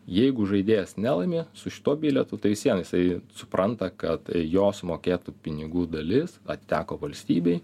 jeigu žaidėjas nelaimi su šituo bilietu tai vis vien jisai supranta kad jo sumokėtų pinigų dalis atiteko valstybei